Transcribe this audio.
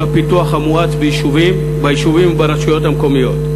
הפיתוח המואץ ביישובים וברשויות המקומיות.